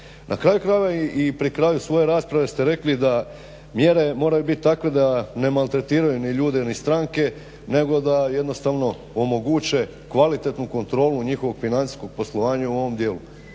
na kraju krajeva i pri kraju svoje rasprave ste rekli da mjere moraju biti takve da ne maltretiraju ni ljude ni stranke nego da jednostavno omoguće kvalitetnu kontrolu njihovog financijskog poslovanja u ovom djelu.